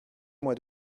mois